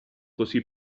così